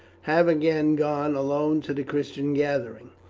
have again gone alone to the christian gathering.